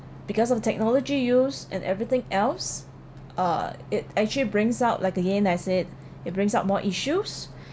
because of technology used and everything else uh it actually brings out like again I said it brings out more issues